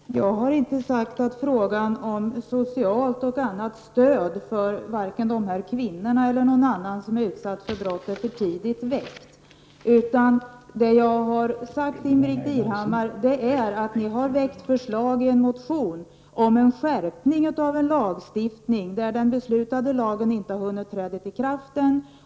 Herr talman! Jag har inte sagt att frågan om socialt stöd och annat stöd för dessa kvinnor eller några andra som är utsatta för brott är för tidigt väckt. Det som jag sade till Ingbritt Irhammar var att ni i centerpartiet har väckt en motion om en skärpning av en lag som inte har hunnit träda i kraft än.